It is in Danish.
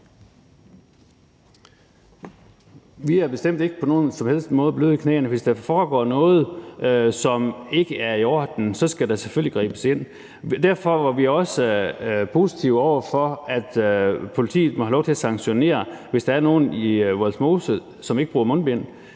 som helst måde bløde i knæene. Hvis der foregår noget, som ikke er i orden, så skal der selvfølgelig gribes ind. Derfor var vi også positive over for, at politiet må have lov til at sanktionere, hvis der er nogle i Vollsmose, som ikke bruger mundbind.